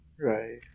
Right